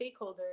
stakeholders